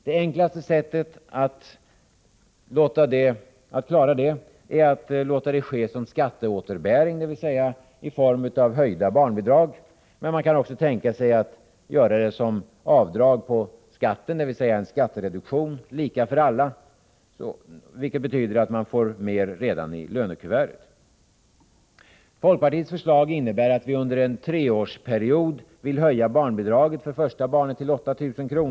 Det enklaste sättet är att låta det ske genom skatteåterbäring i form av höjda barnbidrag, men man kan också tänka sig att denna skatteåterbäring ges som skattereduktion — lika för alla — vilket betyder att man får mer redan i lönekuvertet. Folkpartiets förslag innebär att vi under en treårsperiod vill höja barnbidraget för första barnet till 8 000 kr.